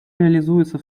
реализуется